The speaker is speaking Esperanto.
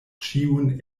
ĉiun